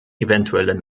eventuelle